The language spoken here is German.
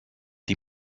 die